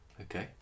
Okay